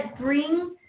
bring